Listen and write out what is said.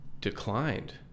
declined